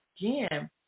again